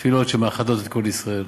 תפילות שמאחדות את כל ישראל,